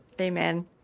amen